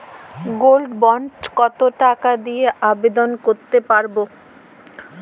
Gold bond কত টাকা দিয়ে আবেদন করতে পারবো?